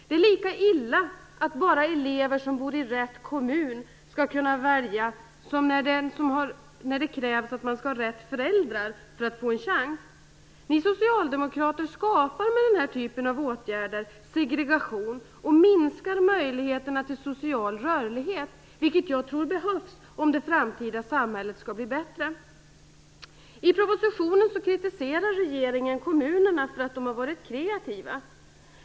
Det är lika illa att bara elever som bor i rätt kommun skall kunna välja som att det krävs att man skall ha rätta föräldrarna för att få en chans. Ni socialdemokrater skapar med den här typen av åtgärder segregation och minskar möjligheterna till social rörlighet, något som jag tror behövs om det framtida samhället skall bli bättre. I propositionen kritiserar regeringen kommunerna för att de har varit kreativa.